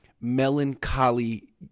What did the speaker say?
melancholy